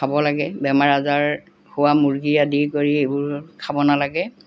খাব লাগে বেমাৰ আজাৰ হোৱা মূৰ্গী আদি কৰি এইবোৰ খাব নালাগে